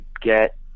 get